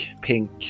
pink